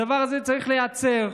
הדבר הזה צריך להיעצר.